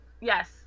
Yes